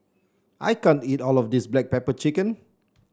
I can't eat all of this Black Pepper Chicken